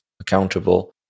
accountable